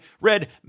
read